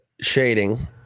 shading